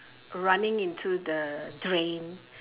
running into the drain